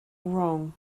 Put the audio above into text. wrong